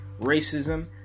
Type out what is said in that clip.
racism